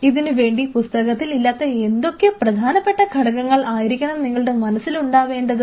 ഇതിനുവേണ്ടി പുസ്തകത്തിൽ ഇല്ലാത്ത എന്തൊക്കെ പ്രധാനപ്പെട്ട ഘടകങ്ങൾ ആയിരിക്കണം നിങ്ങളുടെ മനസ്സിൽ ഉണ്ടാവേണ്ടത്